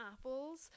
apples